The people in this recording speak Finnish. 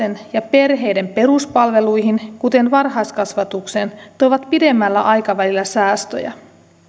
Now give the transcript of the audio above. investoinnit lasten ja perheiden peruspalveluihin kuten varhaiskasvatukseen tuovat pidemmällä aikavälillä säästöjä